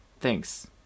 Thanks